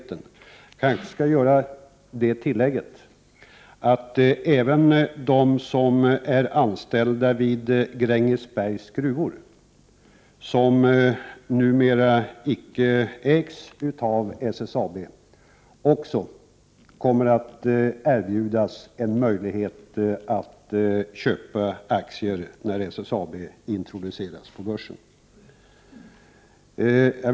Jag kanske bör göra det tillägget, att även de som är anställda vid Grängesbergs gruvor, som numera icke ägs av SSAB, kommer att erbjudas möjlighet att köpa aktier när SSAB introduceras på börsen.